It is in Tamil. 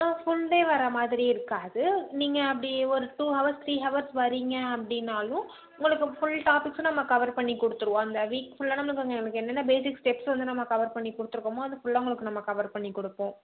ஆ ஃபுல் டே வரமாதிரி இருக்காது நீங்கள் அப்படி ஒரு டூ ஹவர்ஸ் த்ரீ ஹவர்ஸ் வரீங்க அப்படின்னாலும் உங்களுக்கு ஃபுல் டாபிக்ஸும் நம்ம கவர் பண்ணிக் கொடுத்துருவோம் அந்த வீக் ஃபுல்லாக நம்மளுக்கு கொஞ்சம் என்னென்ன பேஸிக்ஸ் ஸ்டெப்ஸ் வந்து நம்ம கவர் பண்ணிக் கொடுத்துருக்கோமோ அதை ஃபுல்லாக உங்களுக்கு நம்ம கவர் பண்ணிக் கொடுப்போம்